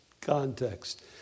context